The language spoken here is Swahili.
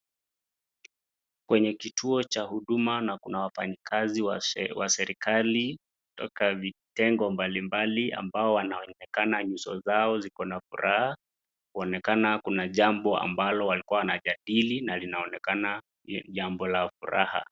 Kwenye kituo cha huduma na kuna wafanyikazi wa serikali kutoka vitengo mbalimbali ambao wanaonekana nyuso zao zikona furaha, kuonekana kuna jamba ambalo walikuwa wanajadili na linaonekana ni jambo la furaha.